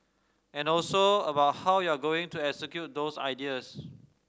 and also about how you're going to execute those ideas